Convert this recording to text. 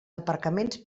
aparcaments